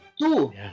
Two